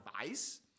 advice